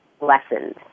lessened